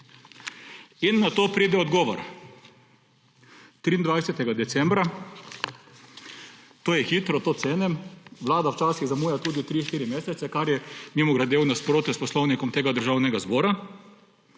Nato pride odgovor 23. decembra. To je hitro, to cenim, Vlada včasih zamuja tudi tri, štiri mesece, kar je, mimogrede, v nasprotju s poslovnikom tega državnega zbora,